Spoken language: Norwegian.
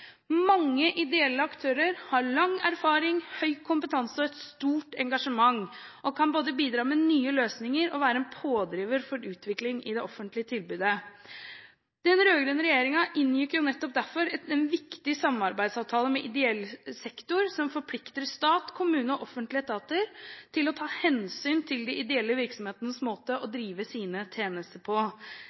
Mange ideelle aktører har lang erfaring, høy kompetanse og et stort engasjement og kan både bidra med nye løsninger og være pådrivere for utvikling i det offentlige tilbudet. Den rød-grønne regjeringen inngikk jo nettopp derfor en viktig samarbeidsavtale med ideell sektor som forplikter stat, kommune og offentlige etater til å ta hensyn til de ideelle virksomhetenes måte å drive sine tjenester på.